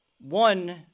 One